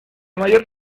mayor